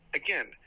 again